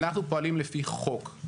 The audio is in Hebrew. אנחנו פועלים לפי חוק.